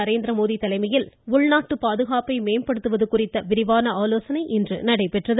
நரேந்திரமோடி தலைமையில் உள்நாட்டு பாதுகாப்பை மேம்படுத்துவது குறித்த விரிவான ஆலோசனை இன்று நடைபெற்றது